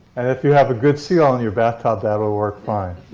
and if you have a good seal on your bathtub, that'll work fine.